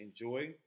enjoy